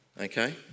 Okay